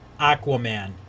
Aquaman